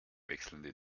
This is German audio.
wechselnde